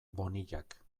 bonillak